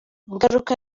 ingaruka